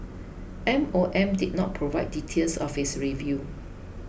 M O M did not provide details of its review